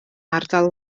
ardal